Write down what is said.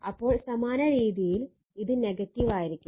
അപ്പോൾ സമാനരീതിയിൽ ഇത് നെഗറ്റീവ് ആയിരിക്കും